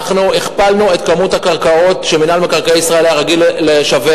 אנחנו הכפלנו את כמות הקרקעות שמינהל מקרקעי ישראל היה רגיל לשווק.